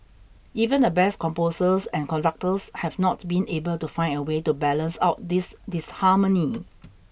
even the best composers and conductors have not been able to find a way to balance out this disharmony